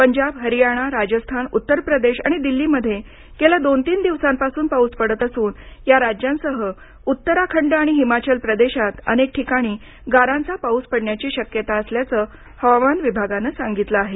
पंजाब हरियाणा राजस्थान उत्तर प्रदेश आणि दिल्लीमध्ये गेल्या दोन तीन दिवसांपासून पाऊस पडत असून या राज्यांसह उत्तराखंड आणि हिमाचल प्रदेशात अनेक ठिकाणी गारांचा पाऊस पडण्याची शक्यता असल्याचं हवामान विभागानं सांगितलं आहे